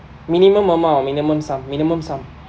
minimum amount or minimum sum minimum sum